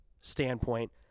standpoint